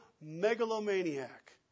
megalomaniac